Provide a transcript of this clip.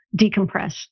decompress